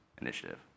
initiative